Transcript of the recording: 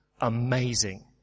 Amazing